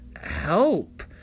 help